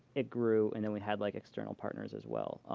it grew. and then we had like external partners as well.